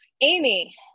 Amy